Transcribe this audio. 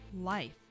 life